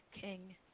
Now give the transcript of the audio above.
king